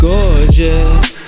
Gorgeous